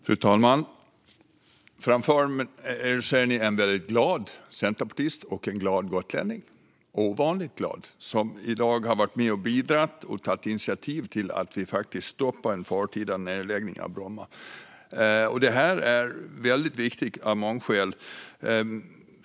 Fru talman! Framför er ser ni en ovanligt glad centerpartist och gotlänning som i dag har varit med och tagit initiativ till att vi faktiskt stoppar en förtida nedläggning av Bromma. Det här är väldigt viktigt av många skäl.